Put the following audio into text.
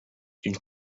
une